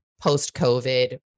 post-COVID